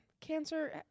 Cancer